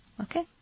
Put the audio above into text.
Okay